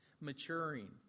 maturing